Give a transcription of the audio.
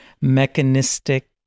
mechanistic